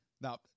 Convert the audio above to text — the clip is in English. now